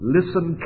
Listen